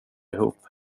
ihop